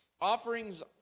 Offerings